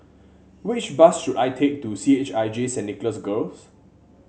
which bus should I take to C H I J Saint Nicholas Girls